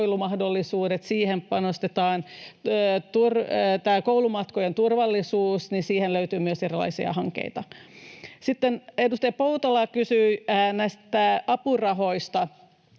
ulkoilumahdollisuudet, siihen panostetaan. On tämä koulumatkojen turvallisuus, ja siihen löytyy myös erilaisia hankkeita. Sitten edustaja Poutala kysyi näistä apurahoista,